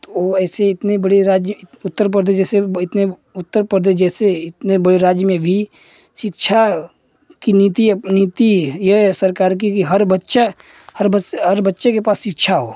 तो ऐसे इतने बड़े राज्य उत्तर प्रदेश जैसे इतने उत्तर प्रदेश जैसे इतने बड़े राज्य में भी शिक्षा की नीति नीति ये सरकार की कि हर बच्चा हर बच्चे के पास शिक्षा हो